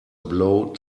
blow